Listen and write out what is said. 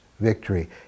victory